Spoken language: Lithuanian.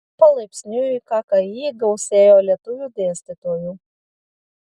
palaipsniui kki gausėjo lietuvių dėstytojų